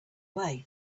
way